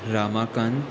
Ramakant